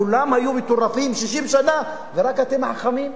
כולם היו מטורפים 60 שנה ורק אתם חכמים?